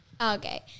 Okay